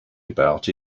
about